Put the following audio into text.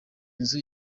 nzu